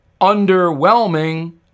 underwhelming